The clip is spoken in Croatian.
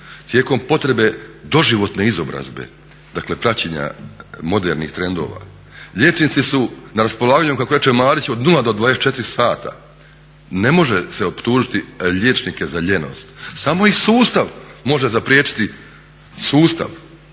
tijekom potrebe doživotne izobrazbe dakle praćenja modernih trendova. Liječnici su kako reče Marić od 0 do 24 sata, ne može se optužiti liječnike za lijenost samo ih sustav može zapriječiti, sustav